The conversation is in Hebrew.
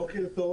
בוקר טוב